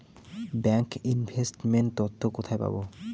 Bank investment তথ্য কোথায় পাব?